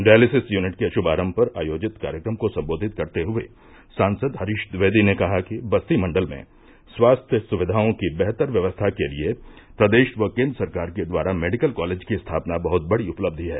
dialysis unit के शुमारंभ पर आयोजित कार्यक्रम को संबोधित करते हुए सांसद हरीश द्विवेदी ने कहा कि बस्ती मंडल में स्वास्थ्य सुविवाओं की बेहतर व्यवस्था के लिए प्रदेश व केंद्र सरकार के द्वारा मेडिकल कॉलेज की स्थापना बहुत बड़ी उपलब्धि है